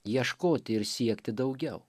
ieškoti ir siekti daugiau